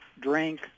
drink